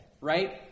Right